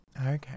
Okay